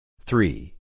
Three